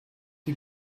die